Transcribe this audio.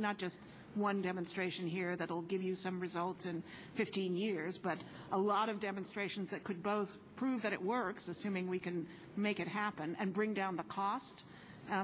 not just one demonstration here that'll give you some results and fifteen years but a lot of demonstrations that could both prove that it works assuming we can make it happen and bring down the cost